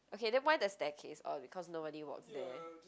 okay then why the staircase oh because nobody walks there